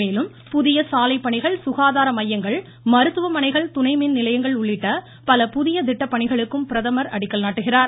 மேலும் புதிய சாலை பணிகள் சுகாதார மையங்கள் மருத்துவமனைகள் துணைமின் நிலையங்கள் உள்ளிட்ட பல புதிய திட்ட பணிகளுக்கும் பிரதமர் அடிக்கல் நாட்டுகிறார்